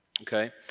okay